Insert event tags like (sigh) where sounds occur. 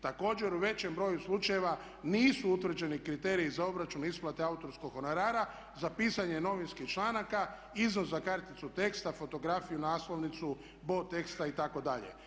Također u većem broju slučajeva nisu utvrđeni kriteriji za obračun isplate autorskog honorara za pisanje novinskih članaka, iznos za karticu teksta, fotografiju, naslovnicu, … (unintelligible) teksta itd.